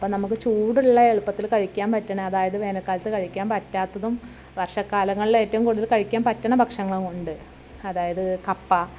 അപ്പം നമുക്ക് ചൂടുള്ളെ എളുപ്പത്തിൽ കഴിയ്ക്കാൻ പറ്റുന്ന അതായത് വേനൽക്കാലത്ത് കഴിക്കാൻ പറ്റാത്തതും വർഷക്കാലങ്ങളിൽ ഏറ്റവും കൂടുതൽ കഴിക്കാൻ പറ്റുന്ന ഭക്ഷണങ്ങളും ഉണ്ട് അതായത് കപ്പ